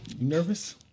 Nervous